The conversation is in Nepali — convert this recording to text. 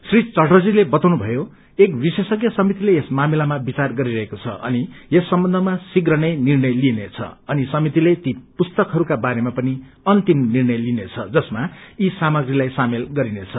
श्री चटर्जीले बताउनु भयो कि एक विशेषज्ञ समितिले यस मार्भिलामा विचार गरिरहेको छ अनि यस सम्वन्धमा शीप्र नै निग्रय लिइनेछ अनि समितिले ती पुस्तकहरूका बारेमा पनि अन्तिम निष्ट्रय लिनेछ जसमा यी सामग्रीलाई सामेल गरिनेछ